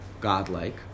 Godlike